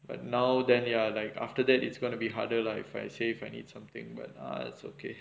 but now then you are like after that it's gonna be harder lah if I say if I need something but err it's okay